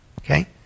Okay